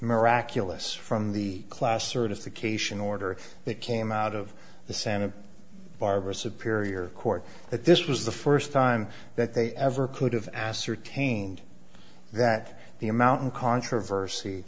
miraculous from the class certification order that came out of the santa barbara sapir your court that this was the first time that they ever could have ascertained that the amount in controversy